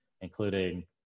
including